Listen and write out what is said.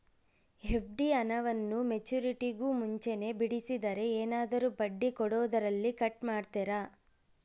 FD ಹಣವನ್ನು ಮೆಚ್ಯೂರಿಟಿಗೂ ಮುಂಚೆನೇ ಬಿಡಿಸಿದರೆ ಏನಾದರೂ ಬಡ್ಡಿ ಕೊಡೋದರಲ್ಲಿ ಕಟ್ ಮಾಡ್ತೇರಾ?